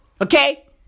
Okay